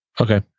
Okay